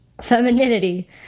femininity